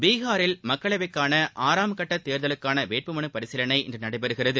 பீகார் மக்களவைக்கான ஆறாம் கட்டத் தேர்தலுக்கான வேட்பு மனு பரிசீலனை இன்று நடைபெறுகிறது